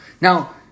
Now